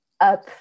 up